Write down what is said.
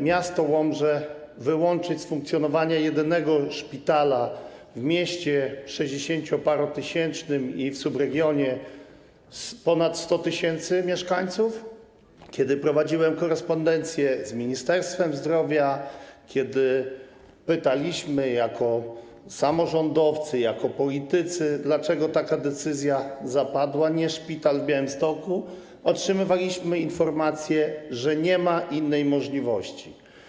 miasto Łomżę wyłączyć z funkcjonowania jedynego szpitala w mieście sześćdziesięcioparotysięcznym i subregionie liczącym ponad 100 tys. mieszkańców, kiedy prowadziłem korespondencję z Ministerstwem Zdrowia, kiedy pytaliśmy jako samorządowcy, jako politycy, dlaczego taka decyzja zapadła, że to nie szpital w Białymstoku - otrzymywaliśmy informację, że nie ma innej możliwości.